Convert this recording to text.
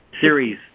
series